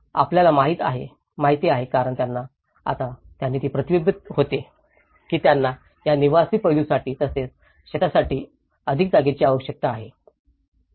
आपल्याला माहित आहे कारण आता त्यांना हे प्रतिबिंबित होते की त्यांना या निवासी पैलूसाठी तसेच शेतीसाठी अधिक जागेची आवश्यकता आहे